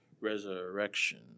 Resurrection